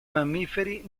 mammiferi